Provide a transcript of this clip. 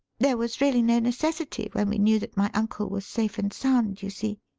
there was really no necessity when we knew that my uncle was safe and sound, you see.